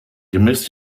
gemäß